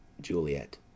Juliet